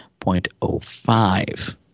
0.05